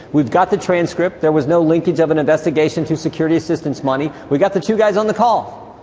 we've got the transcript. there was no linkage of an investigation to security assistance money. we got the two guys on the call.